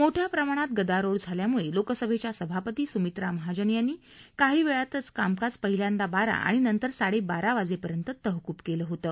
मोठयां प्रमाणात गदारोळ झाल्यामुळे लोकसभेच्या सभापती सुमित्रा महाजन यांनी काही वेळातच कामकाज पहिल्यांदा बारा आणि नंतर साडेबारा वाजेपर्यंत तहकूब केलं होतं